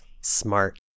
smart